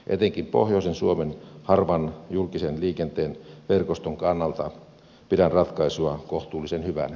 etenkin pohjoisen suomen harvan julkisen liikenteen verkoston kannalta pidän ratkaisua kohtuullisen hyvänä